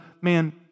man